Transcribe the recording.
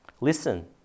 Listen